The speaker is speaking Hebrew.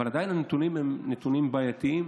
אבל עדיין הנתונים הם נתונים בעיתיים.